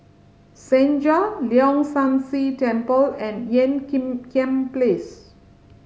Senja Leong San See Temple and Ean Kiam Place